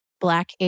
Black